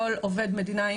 כל עובד מדינה,